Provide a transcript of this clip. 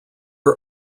are